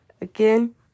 Again